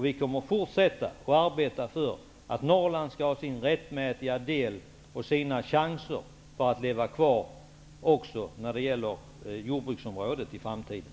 Vi kommer att fortsätta att arbeta för att Norrland skall ha sin rättmätiga del och sina chanser att leva kvar som jordbruksområde i framtiden.